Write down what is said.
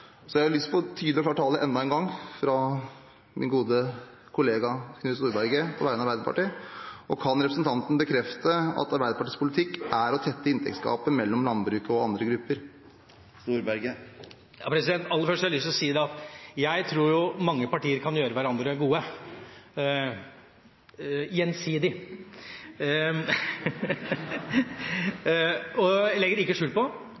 Så ved å samarbeide kan man gjøre hverandre bedre. Jeg må si at det har vært gledelig å høre på Arbeiderpartiet i veldig mange runder nå i vår. Det har vært tydelig og klar tale. Jeg ønsker meg tydelig og klar tale enda en gang fra min gode kollega, Knut Storberget, på vegne av Arbeiderpartiet. Kan representanten bekrefte at Arbeiderpartiets politikk er å tette inntektsgapet mellom landbruket og andre grupper? Aller først har jeg lyst til